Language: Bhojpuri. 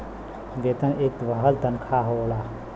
वेतन एक बन्हल तन्खा होला